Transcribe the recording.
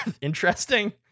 Interesting